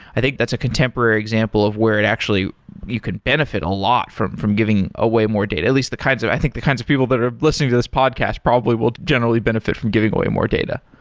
i think that's a contemporary example of where it actually you could benefit a lot from from giving away more data. at least the kinds of i think the kinds of people that are listening to this podcast probably will generally benefit from giving away more data.